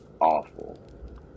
awful